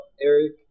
Eric